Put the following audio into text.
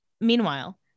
Meanwhile